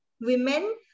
women